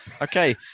Okay